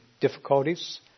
difficulties